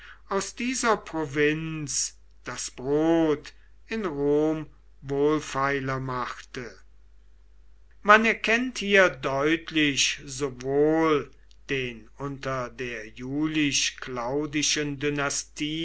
aus dieser provinz das brot in rom wohlfeiler machte man erkennt hier deutlich sowohl den unter der